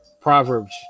Proverbs